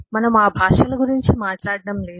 మనము ఆ భాషల గురించి మాట్లాడటం లేదు